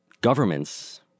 governments